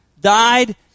died